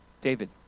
David